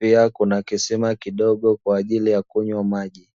Pia kuna kisima kidogo kwa ajili ya kunywa maji.